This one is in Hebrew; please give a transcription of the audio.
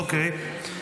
אוקיי.